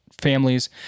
families